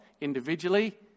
individually